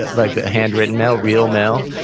like the handwritten mail, real mail.